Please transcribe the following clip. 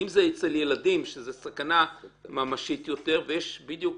אם זה אצל ילדים, שזו סכנה ממשית יותר, ויש בדיוק